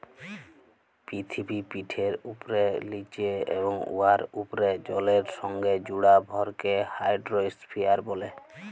পিথিবীপিঠের উপ্রে, লিচে এবং উয়ার উপ্রে জলের সংগে জুড়া ভরকে হাইড্রইস্ফিয়ার ব্যলে